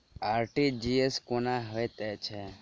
RTGS कोना होइत छै?